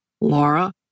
Laura